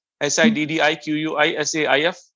S-I-D-D-I-Q-U-I-S-A-I-F